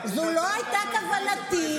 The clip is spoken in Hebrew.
זו לא הייתה כוונתי,